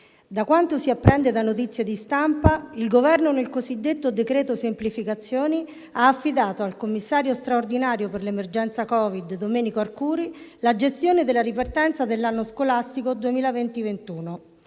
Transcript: da quanto si apprende da notizie di stampa il Governo, nel cosiddetto decreto semplificazioni, ha affidato al commissario straordinario per l'emergenza Covid Domenico Arcuri la gestione della ripartenza dell'anno scolastico 2020-2021.